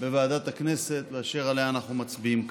בוועדת הכנסת ואשר עליה אנחנו מצביעים כאן.